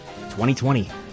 2020